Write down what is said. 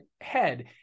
head